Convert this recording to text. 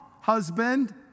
husband